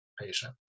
patient